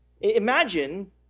imagine